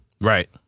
Right